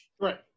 Right